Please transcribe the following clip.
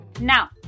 Now